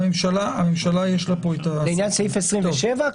הכוונה לעניין סעיף 27?